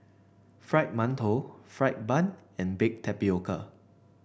Fried Mantou fried bun and Baked Tapioca